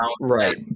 Right